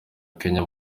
kenya